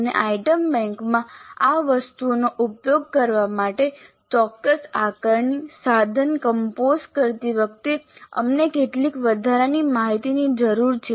અને આઇટમ બેંકમાં આ વસ્તુઓનો ઉપયોગ કરવા માટે ચોક્કસ આકારણી સાધન કંપોઝ કરતી વખતે અમને કેટલીક વધારાની માહિતીની જરૂર છે